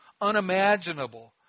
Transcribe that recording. unimaginable